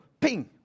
ping